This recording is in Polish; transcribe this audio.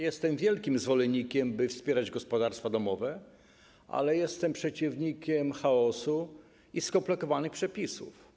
Jestem wielkim zwolennikiem tego, by wspierać gospodarstwa domowe, ale jestem przeciwnikiem chaosu i skomplikowanych przepisów.